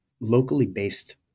locally-based